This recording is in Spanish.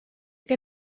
que